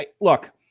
look